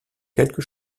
quelques